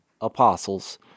apostles